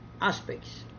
aspects